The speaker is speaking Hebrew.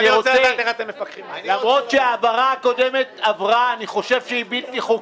זה מתווה שהולך ופוסק.